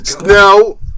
No